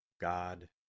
God